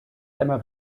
einmal